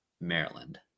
Maryland